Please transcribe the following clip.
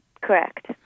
Correct